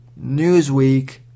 Newsweek